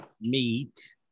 meat